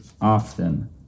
often